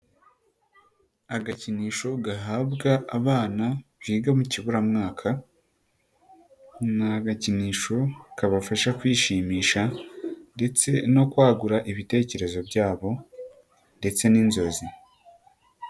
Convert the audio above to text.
Agakinisho gahabwa abana biga mu kiburamwaka. Ni agakinisho kabafasha kwishimisha, ndetse no kwagura ibitekerezo byabo, ndetse n'inzozi.